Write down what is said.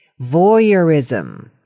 Voyeurism